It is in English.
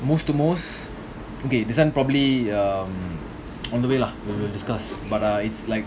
most to most okay this one probably um on the way lah we will discuss but err it's like